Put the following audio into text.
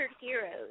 heroes